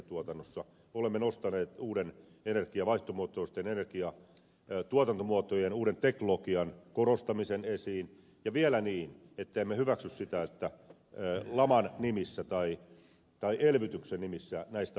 me olemme nostaneet uusien vaihtoehtoisten energiantuotantomuotojen ja uuden teknologian korostamisen esiin ja vielä niin että emme hyväksy sitä että laman nimissä tai elvytyksen nimissä näistä asioista luovutaan